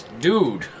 Dude